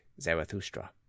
Zarathustra